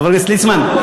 חבר הכנסת ליצמן.